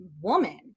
woman